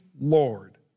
Lord